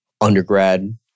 undergrad